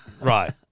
Right